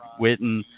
Witten